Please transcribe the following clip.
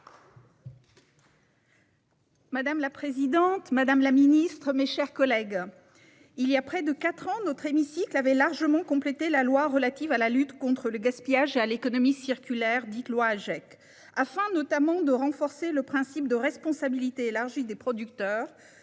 Madame la présidente, madame la secrétaire d'État, mes chers collègues, voilà près de quatre ans, notre hémicycle avait largement complété la loi du 10 février 2020 relative à la lutte contre le gaspillage et à l'économie circulaire (Agec), afin, notamment, de renforcer le principe de responsabilité élargie des producteurs